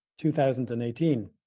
2018